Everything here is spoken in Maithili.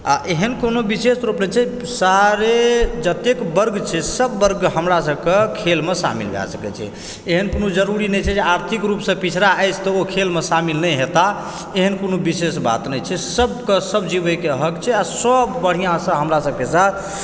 आ एहन कोनो विशेष रूप नै छै सारे जत्तेक वर्ग छै सब वर्ग हमरा सबकऽ खेलमऽ शामिल भए सकै छै एहन कोनो जरूरी नै छै जे आर्थिक रूपसऽ पिछड़ा अछि तऽ ओ खेलमे शामिल नै हेता एहन कोनो विशेष बात नै छै सबकऽ सब जीबैके हक छै आ सब बढियासऽ हमरा सबके साथ